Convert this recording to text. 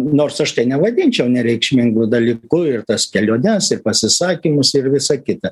nors aš tai nevadinčiau nereikšmingu dalyku ir tas keliones ir pasisakymus ir visa kita